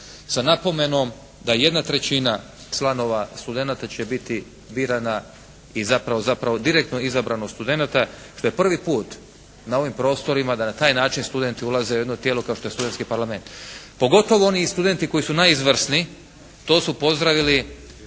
sa napomenom da jedna trećina članova studenata će biti birana i zapravo direktno izabrana od studenata što je prvi puta na ovim prostorima da na taj način studenti ulaze u jedno tijelo kao što je studentski parlament pogotovo oni studenti koji su najizvrsniji to su pozdravili